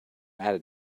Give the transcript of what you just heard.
added